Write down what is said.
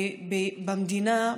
ובמדינה,